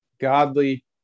godly